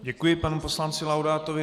Děkuji panu poslanci Laudátovi.